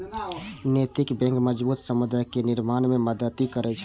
नैतिक बैंक मजबूत समुदाय केर निर्माण मे मदति करै छै